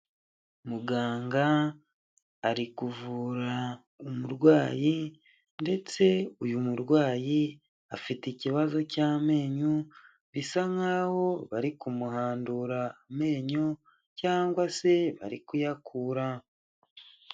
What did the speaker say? Muganga ari kuvura umurwayi ndetse uyu murwayi afite ikibazo cy'amenyo bisa nk'aho bari kumuhandura amenyo cyangwa se bari kuyakura.